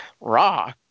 Raw